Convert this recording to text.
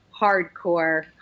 hardcore